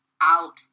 out